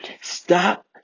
Stop